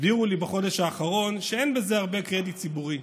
הסבירו לי בחודש האחרון שאין בזה הרבה קרדיט ציבורי.